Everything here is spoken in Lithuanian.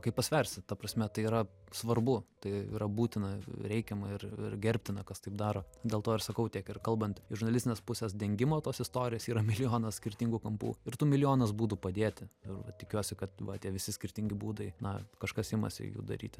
kaip pasversi ta prasme tai yra svarbu tai yra būtina reikiama ir ir gerbtina kas taip daro dėl to ir sakau tiek ir kalbant iš žurnalistinės pusės dingimo tos istorijos yra milijonas skirtingų kampų ir tų milijonas būdų padėti ir tikiuosi kad va tie visi skirtingi būdai na kažkas imasi jų daryti